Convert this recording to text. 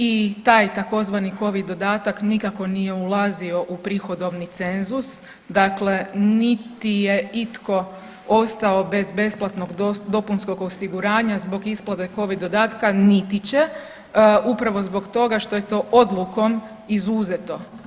I taj tzv. Covid dodatak nikako nije ulazio u prihodovni cenzus, dakle niti je itko ostao bez besplatnog dopunskog osiguranja zbog isplate Covid dodatka, niti će upravo zbog toga što je to odlukom izuzeto.